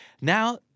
Now